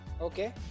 Okay